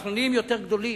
אנחנו נהיים יותר גדולים.